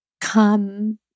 come